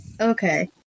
Okay